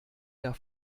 der